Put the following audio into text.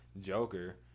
Joker